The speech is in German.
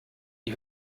die